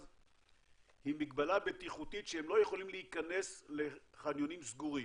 היא מגבלה בטיחותית שהם לא יכולים להיכנס לחניונים סגורים.